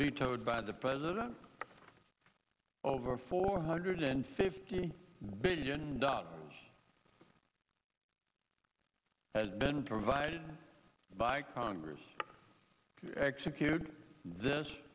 vetoed by the president over four hundred and fifty billion dollars has been provided by congress executed this